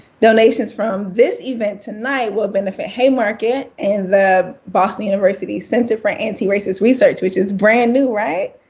donations from this event tonight will benefit haymarket and the boston university center for antiracist research, which is brand new, right?